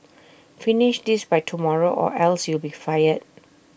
finish this by tomorrow or else you'll be fired